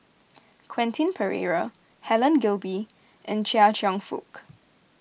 Quentin Pereira Helen Gilbey and Chia Cheong Fook